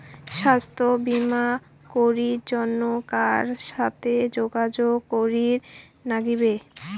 স্বাস্থ্য বিমা করির জন্যে কার সাথে যোগাযোগ করির নাগিবে?